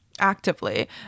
actively